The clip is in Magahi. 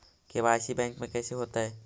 के.वाई.सी बैंक में कैसे होतै?